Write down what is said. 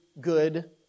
good